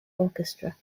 orchestra